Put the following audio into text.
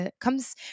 comes